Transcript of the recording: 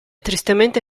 tristemente